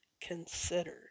consider